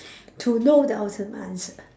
to know the ultimate answer